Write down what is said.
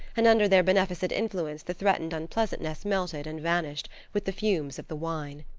and under their beneficent influence the threatened unpleasantness melted and vanished with the fumes of the wine.